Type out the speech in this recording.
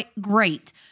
great